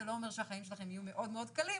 זה לא אומר שהחיים שלכם יהיו מאוד מאוד קלים.